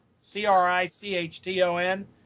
C-R-I-C-H-T-O-N